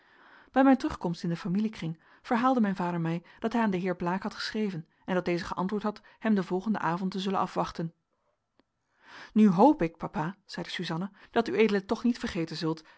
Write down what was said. bij mijn terugkomst in den familiekring verhaalde mijn vader mij dat hij aan den heer blaek had geschreven en dat deze geantwoord had hem den volgenden avond te zullen afwachten nu hoop ik papa zeide suzanna dat ued toch niet vergeten zult